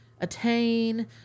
attain